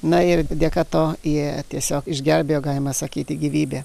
na ir dėka to jie tiesiog išgelbėjo galima sakyti gyvybę